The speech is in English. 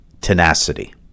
tenacity